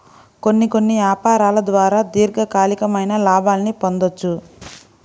కొన్ని కొన్ని యాపారాల ద్వారా దీర్ఘకాలికమైన లాభాల్ని పొందొచ్చు